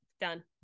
Done